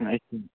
ਅੱਛਾ